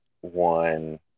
one